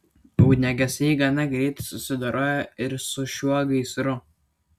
ugniagesiai gana greitai susidorojo ir su šiuo gaisru